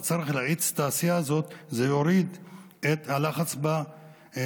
אבל צריך להאיץ את העשייה הזאת ולהוריד את הלחץ בדרכים.